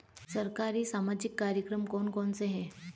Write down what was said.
सरकारी सामाजिक कार्यक्रम कौन कौन से हैं?